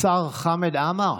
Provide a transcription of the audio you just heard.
השר חמד עמאר,